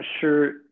sure